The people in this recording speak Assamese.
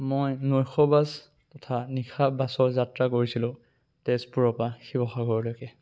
মই নৈশ বাছ তথা নিশাৰ বাছৰ যাত্ৰা কৰিছিলোঁ তেজপুৰৰ পৰা শিৱসাগৰলৈকে